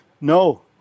No